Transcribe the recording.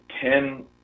ten